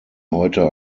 heute